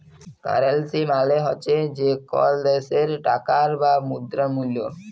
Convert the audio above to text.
currency মালে হছে যে কল দ্যাশের টাকার বা মুদ্রার মূল্য